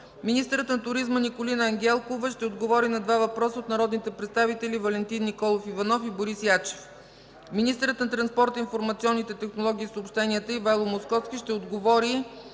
Министърът на туризма Николина Ангелкова ще отговори на 2 въпроса от народните представители Валентин Николов Иванов, и Борис Ячев. Министърът на транспорта, информационните технологии и съобщенията Ивайло Московски ще отговори